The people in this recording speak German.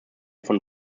von